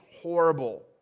horrible